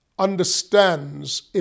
understands